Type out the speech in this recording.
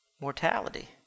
mortality